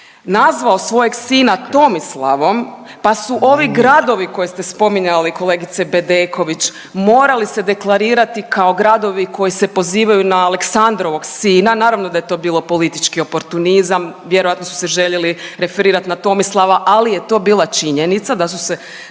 nazvao svojeg sina Tomislavom pa su ovi gradovi koje ste spominjali kolegice Bedeković morali se deklarirati kao gradovi koji se pozivaju na Aleksandrovog sina, naravno da je to bilo politički oportunizam. Vjerojatno su se željeli referirat na Tomislava ali je to bila činjenica da su se